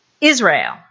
Israel